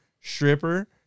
Stripper